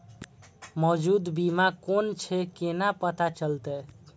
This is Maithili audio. मौजूद बीमा कोन छे केना पता चलते?